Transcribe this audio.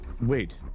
Wait